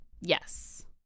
Yes